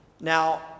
Now